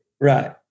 right